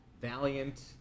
Valiant